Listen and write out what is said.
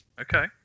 Okay